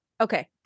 Okay